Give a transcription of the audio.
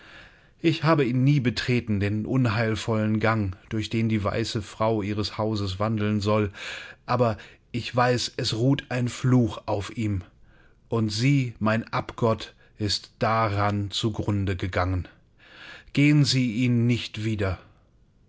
ich habe ihn nie betreten den unheilvollen gang durch den die weiße frau ihres hauses wandeln soll aber ich weiß es ruht ein fluch auf ihm und sie mein abgott ist daran zu grunde gegangen gehen sie ihn nicht wieder